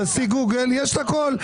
תעשי גוגל, יש את הכול.